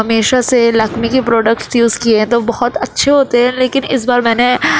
ہمیشہ سے لکمے کی پروڈکٹس تھی اس کی یہ تو بہت اچھے ہوتے ہیں لیکن اس بار میں نے